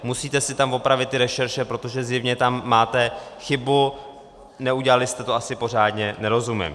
Musíte si tam opravit rešerše, protože zjevně tam máte chybu, neudělali jste to asi pořádně, nerozumím.